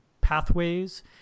pathways